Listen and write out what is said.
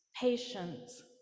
patience